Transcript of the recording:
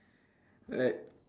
like